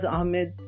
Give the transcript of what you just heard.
Ahmed